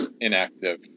inactive